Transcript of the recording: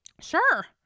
Sure